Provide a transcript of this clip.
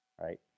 Right